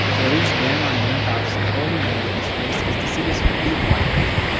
tel aviv's grandma and grandpa's all remember these places as the city's big white elephant